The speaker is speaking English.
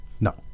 No